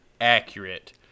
accurate